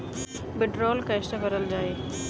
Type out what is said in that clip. वीडरौल कैसे भरल जाइ?